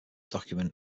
document